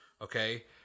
Okay